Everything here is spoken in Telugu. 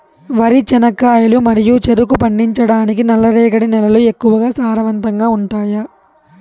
వరి, చెనక్కాయలు మరియు చెరుకు పండించటానికి నల్లరేగడి నేలలు ఎక్కువగా సారవంతంగా ఉంటాయా?